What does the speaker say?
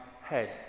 head